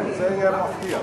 כן, זה עניין מפתיע.